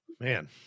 Man